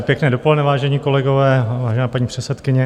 Pěkné dopoledne, vážení kolegové a vážená paní předsedkyně.